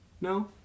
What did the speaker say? No